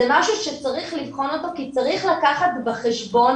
זה משהו שצריך לבחון אותו כי צריך לקחת בחשבון